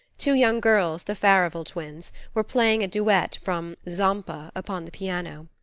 two young girls, the farival twins, were playing a duet from zampa upon the piano.